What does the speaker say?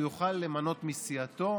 הוא יוכל למנות מסיעתו